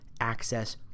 access